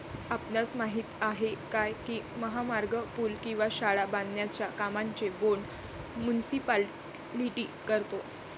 आपणास माहित आहे काय की महामार्ग, पूल किंवा शाळा बांधण्याच्या कामांचे बोंड मुनीसिपालिटी करतो?